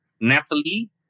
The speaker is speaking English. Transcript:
Natalie